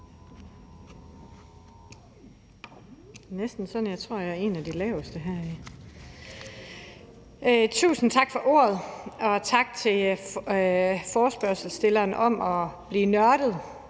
Tusind tak for ordet, og tak til forespørgerne for, at vi kan blive nørdede